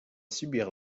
subir